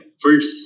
first